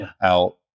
out